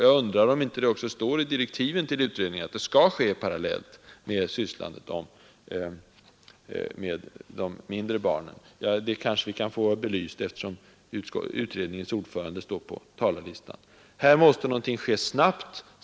Jag undrar om det inte står i direktiven till utredningen att det skall ske parallellt. Det kanske vi kan få belyst, eftersom utredningens ordförande står på talarlistan. Här måste någonting ske snabbt.